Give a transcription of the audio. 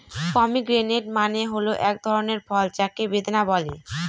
pomegranate মানে হল এক ধরনের ফল যাকে বেদানা বলে